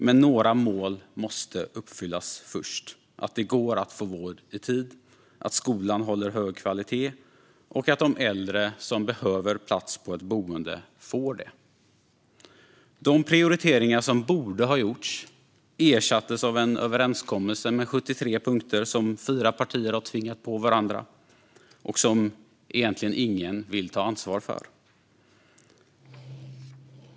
Men några mål måste uppfyllas först: att det går att få vård i tid, att skolan håller hög kvalitet och att de äldre som behöver plats på ett boende får det. De prioriteringar som borde ha gjorts ersattes av en överenskommelse med 73 punkter som fyra partier tvingat på varandra och som ingen egentligen vill ta ansvar för.